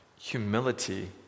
humility